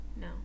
No